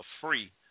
free